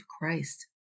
Christ